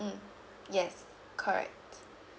mm yes correct